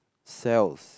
cells